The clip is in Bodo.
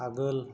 आगोल